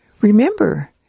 Remember